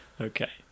Okay